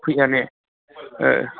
फैना ने